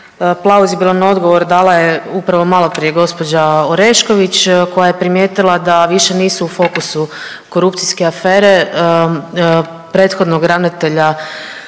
plauzibilan odgovor dala je upravo maloprije gđa. Orešković koja je primijetila da više nisu u fokusu korupcijske afere prethodnog ravnatelja